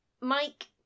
Mike